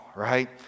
right